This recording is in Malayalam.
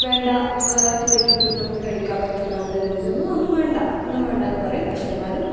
വേണ്ട മറ്റ് വീട്ടില് പോയിട്ട് നമുക്ക് കഴിക്കാൻ പറ്റൂല്ല എന്ന രീതിയില് നമ്മ ഒന്നും വേണ്ട ഒന്നും വേണ്ടാന്ന് പറയും പക്ഷെ എന്നാലും